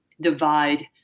divide